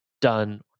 done